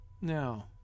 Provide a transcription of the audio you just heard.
No